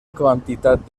quantitat